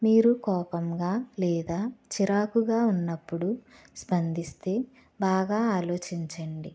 మీరూ కోపంగా లేదా చిరాకుగా ఉన్నప్పుడు స్పందిస్తే బాగా ఆలోచించండి